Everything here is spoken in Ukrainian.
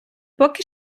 поки